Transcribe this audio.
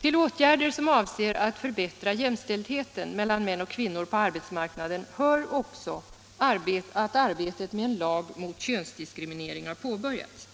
Till åtgärder som avser att förbättra jämställdheten mellan män och kvinnor på arbetsmarknaden hör också att arbetet med en lag mot könsdiskriminering har påbörjats.